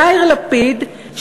יאיר לפיד,